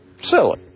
Silly